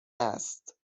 است